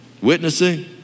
Witnessing